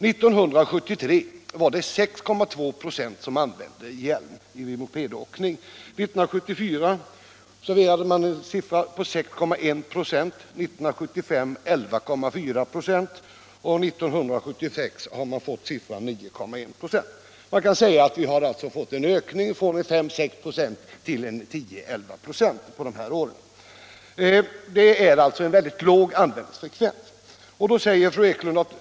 Hjälm vid mopedåkning användes av 6,2 96 1973, 6,1 96 1974, 11,4 96 1975 och 9,1 96 1976. En ökning har alltså skett från 5—6 96 till 10-11 96 under dessa år. Men användningsfrekvensen är mycket låg.